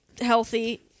healthy